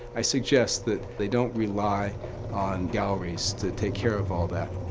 i suggest that they don't rely on galleries to take care of all that.